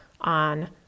on